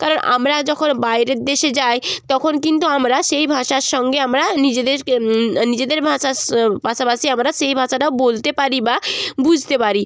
কারণ আমরা যখন বাইরের দেশে যাই তখন কিন্তু আমরা সেই ভাষার সঙ্গে আমরা নিজেদেরকে নিজেদের ভাষার পাশাপাশি আমরা সেই ভাষাটা বলতে পারি বা বুঝতে পারি